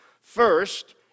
First